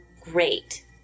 great